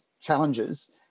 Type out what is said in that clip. challenges